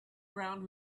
ground